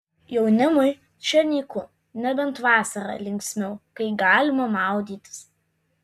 jaunimui čia nyku nebent vasarą linksmiau kai galima maudytis